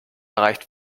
erreicht